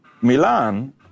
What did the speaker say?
Milan